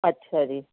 ਅੱਛਾ ਜੀ